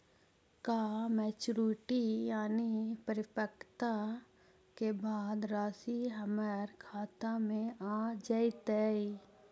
का मैच्यूरिटी यानी परिपक्वता के बाद रासि हमर खाता में आ जइतई?